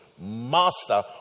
Master